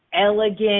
elegant